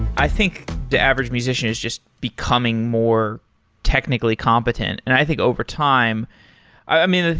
i think the average musician is just becoming more technically competent, and i think over time i mean,